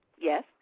Yes